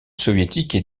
soviétiques